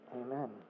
Amen